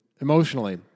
emotionally